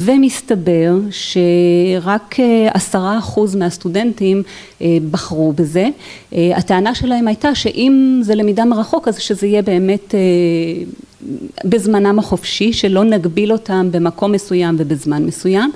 ומסתבר שרק עשרה אחוז מהסטודנטים בחרו בזה. הטענה שלהם הייתה שאם זה למידה מרחוק, אז שזה יהיה באמת בזמנם החופשי, שלא נגביל אותם במקום מסוים ובזמן מסוים.